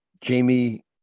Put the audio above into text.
Jamie